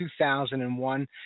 2001